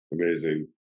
Amazing